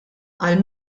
għal